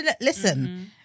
Listen